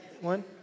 one